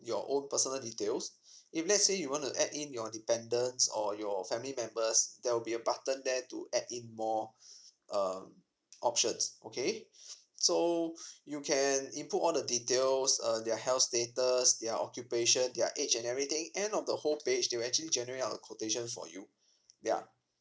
your own personal details if let's say you want to add in your dependents or your family members there'll be a button there to add in more um options okay so you can input all the details uh their health status their occupation their age and everything end of the whole page they'll actually generate out a quotation for you ya